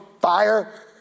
fire